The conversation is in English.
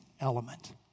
element